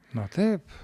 na taip